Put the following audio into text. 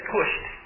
pushed